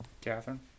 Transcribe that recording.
Catherine